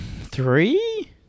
Three